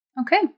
Okay